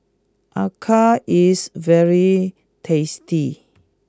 Acar is very tasty